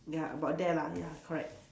ya about there lah ya correct